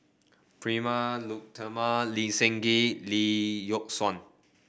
Prema Letchumanan Lee Seng Gee Lee Yock Suan